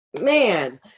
Man